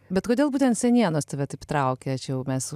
bet kodėl būtent senienos tave taip traukia čia jau mes